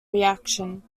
reaction